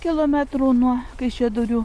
kilometrų nuo kaišiadorių